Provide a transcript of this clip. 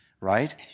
right